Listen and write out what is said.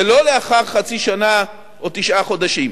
ולא לאחר חצי שנה או תשעה חודשים.